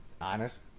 honest